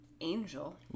Angel